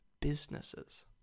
businesses